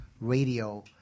radio